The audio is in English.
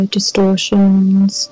Distortions